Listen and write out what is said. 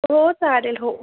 हो चालेल हो